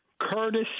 Curtis